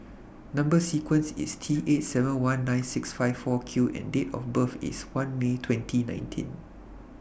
Number sequence IS T eight seven one nine six five four Q and Date of birth IS one May twenty nineteen